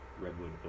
redwood